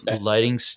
lighting